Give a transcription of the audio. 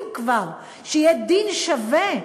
אם כבר, שיהיה דין שווה,